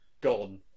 gone